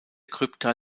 krypta